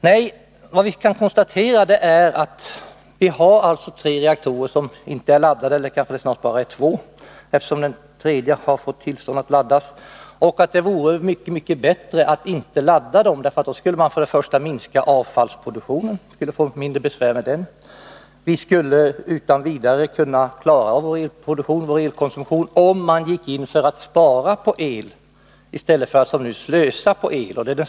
Vad vi i stället kan konstatera är att vi har tre reaktorer som inte är laddade — kanske de snart bara är två, eftersom den tredje nu får laddas. Men det vore mycket bättre att inte ladda dessa. Därigenom skulle avfallsproduktionen minskas, och vi skulle således få mindre besvär med den. Vi skulle dessutom utan vidare klara vår elkonsumtion, om man gick in för att spara på el i stället för att som nu slösa på el.